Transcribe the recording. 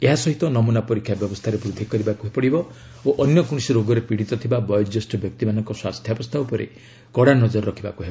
ଏହା ସହିତ ନମୁନା ପରୀକ୍ଷା ବ୍ୟବସ୍ଥାରେ ବୃଦ୍ଧି କରିବାକୁ ପଡ଼ିବ ଓ ଅନ୍ୟ କୌଣସି ରୋଗରେ ପୀଡ଼ିତ ଥିବା ବୟୋଜ୍ୟେଷ୍ଠ ବ୍ୟକ୍ତିମାନଙ୍କ ସ୍ୱାସ୍ଥ୍ୟାବସ୍ଥା ଉପରେ କଡ଼ା ନଜର ରଖିବାକୁ ହେବ